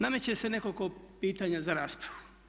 Nameće se nekoliko pitanja za raspravu.